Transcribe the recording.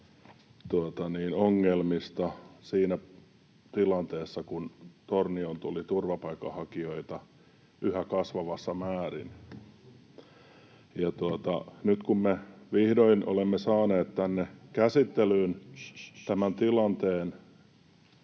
ongelmista siinä tilanteessa, kun Tornioon tuli turvapaikanhakijoita yhä kasvavassa määrin. Nyt kun me vihdoin olemme saaneet tämän tänne käsittelyyn tilanteen